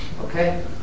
Okay